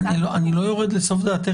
אני לא יורד לסוף דעתך.